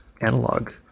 analog